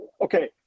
okay